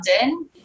London